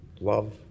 love